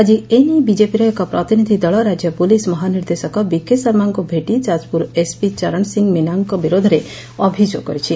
ଆଜି ଏନେଇ ବିଜେପିର ଏକ ପ୍ରତିନିଧି ଦଳ ରାଜ୍ୟ ପୁଲିସ ମହାନିର୍ଦ୍ଦେଶକ ବିକେ ଶର୍ମାଙ୍କୁ ଭେଟି ଯାଜପୁର ଏସ୍ପି ଚରଣ ସିଂହ ମିନାଙ୍କ ବିରୋଧରେ ଅଭିଯୋଗ କରିଛି